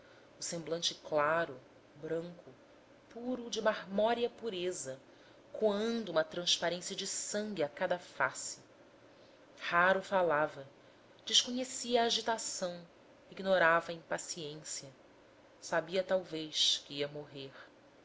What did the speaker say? o semblante claro branco puro de marmórea pureza coando uma transparência de sangue a cada face raro falava desconhecia a agitação ignorava a impaciência sabia talvez que ia morrer